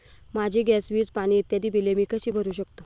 माझी गॅस, वीज, पाणी इत्यादि बिले मी कशी भरु शकतो?